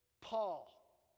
Paul